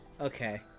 okay